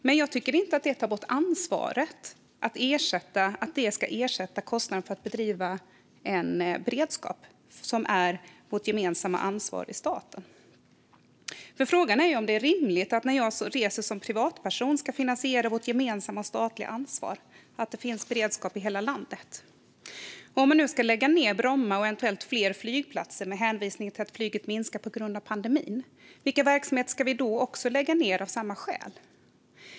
Men jag tycker inte att det tar bort ansvaret att ersätta eller att det ska ersätta kostnaden för att bedriva beredskap som är vårt gemensamma ansvar i staten. Frågan är ju om det är rimligt att jag när jag reser som privatperson ska finansiera vårt gemensamma statliga ansvar att det finns beredskap i hela landet. Om man nu ska lägga ned Bromma och eventuellt fler flygplatser med hänvisning till att flyget minskar på grund av pandemin, vilka andra verksamheter ska vi då lägga ned av samma skäl?